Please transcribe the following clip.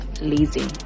lazy